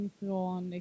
från